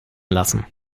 lassen